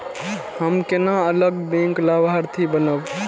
हम केना अलग बैंक लाभार्थी बनब?